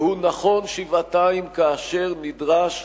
והוא נכון שבעתיים כאשר נדרש